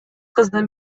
кыздын